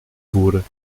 voeren